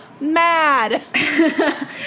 mad